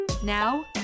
Now